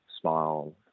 smile